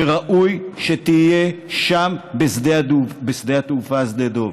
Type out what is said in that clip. וראוי שתהיה שם בשדה התעופה שדה דב